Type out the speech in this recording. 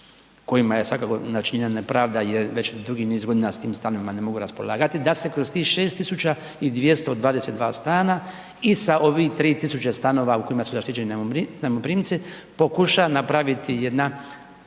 kojima je svakako načinjena nepravda jer već dugi niz godina s tim stanovima ne mogu raspolagati da se kroz tih 6 222 stana i sa ovih 3 tisuće stanova u kojima su zaštićeni najmoprimci pokuša napravit jedna